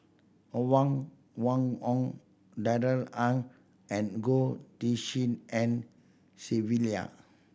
Huang Wenhong Darrell Ang and Goh Tshin En Sylvia